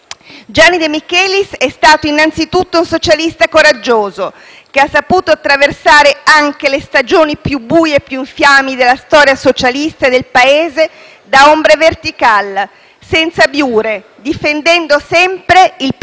Gianni De Michelis è stato, innanzitutto, un socialista coraggioso, che ha saputo attraversare anche le stagioni più buie e più infami della storia socialista del Paese, da *hombre vertical*, senza abiure, difendendo sempre il primato